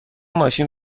ماشین